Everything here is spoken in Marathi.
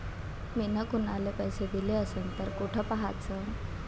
मिन कुनाले पैसे दिले असन तर कुठ पाहाचं?